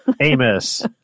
Amos